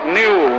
new